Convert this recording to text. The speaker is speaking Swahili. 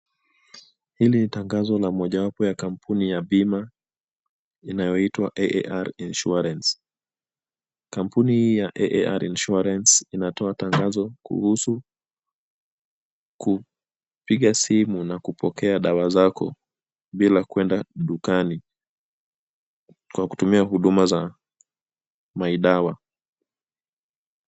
Hili ni tangazao la kampuni ya bima inayoitwa AAR Insurance. Kampuni hii ya AAR Insurance inatoa tangazo kuhusu kupiga simu na kupokea dawa zako bila kwenda dukani kwa kutumia huduma za Mydawa.